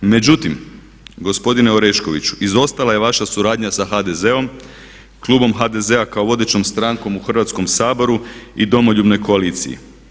Međutim, gospodine Oreškoviću izostala je vaša suradnja sa HDZ-om, klubom HDZ-a kao vodećom strankom u Hrvatskom saboru i Domoljubnoj koaliciji.